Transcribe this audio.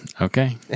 Okay